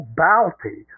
bounty